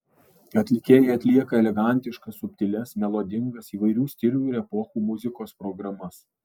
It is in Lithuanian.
atlikėjai atlieka elegantiškas subtilias melodingas įvairių stilių ir epochų muzikos programas